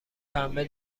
پنبه